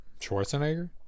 Schwarzenegger